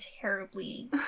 terribly